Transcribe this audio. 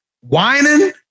whining